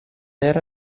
era